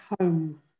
home